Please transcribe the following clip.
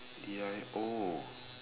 did I oh